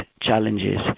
challenges